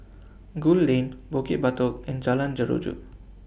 Gul Lane Bukit Batok and Jalan Jeruju